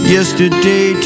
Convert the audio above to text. Yesterday